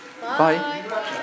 Bye